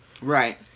Right